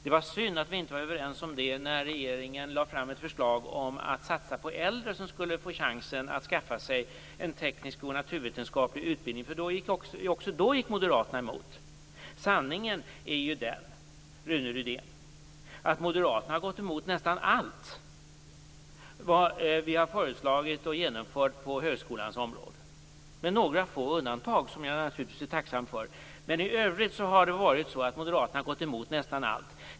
Det var synd att vi inte var överens om det när regeringen lade fram ett förslag om att satsa på att ge äldre chansen att skaffa sig en teknisk eller naturvetenskaplig utbildning. Också då gick moderaterna emot. Sanningen är ju den, Rune Rydén, att moderaterna har gått emot nästan allt som vi har föreslagit och genomfört på högskolans område. Det finns några få undantag, som jag naturligtvis är tacksam för, men i övrigt har moderaterna gått emot nästan allt.